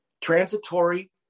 transitory